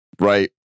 right